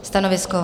Stanovisko?